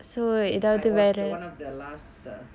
mm I was one of the last uh